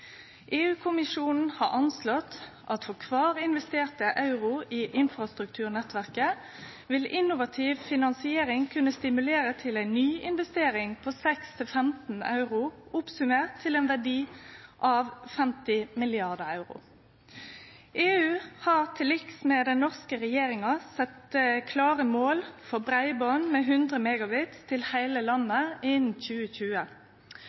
EU-kommisjonen har anslått at for kvar investerte euro i infrastrukturnettverket vil innovativ finansiering kunne stimulere til ei ny investering på 6–15 euro, rekna saman til ein verdi av 50 mrd. euro. EU har til liks med den norske regjeringa sett klare mål for breiband med 100 Mbps til heile landet innan 2020.